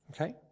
Okay